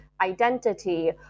identity